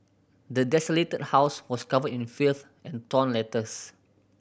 the desolated house was covered in filth and torn letters